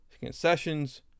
Concessions